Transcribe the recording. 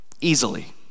easily